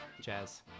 jazz